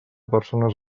persones